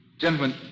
Gentlemen